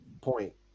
point